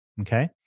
Okay